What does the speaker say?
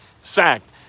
sacked